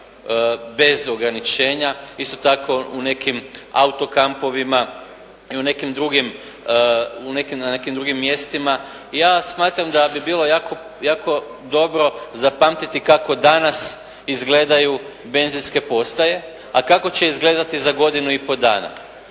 bez ograničenja. Isto tako u nekim autokampovima i u nekim drugim, na nekim drugim mjestima. Ja smatram da bi bilo jako dobro zapamtiti kako danas izgledaju benzinske postaje, a kako će izgledati za godinu i pol dana.